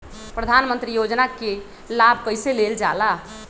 प्रधानमंत्री योजना कि लाभ कइसे लेलजाला?